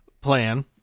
plan